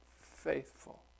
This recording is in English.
faithful